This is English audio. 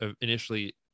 initially